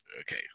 okay